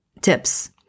tips